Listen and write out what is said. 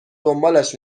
دنبالش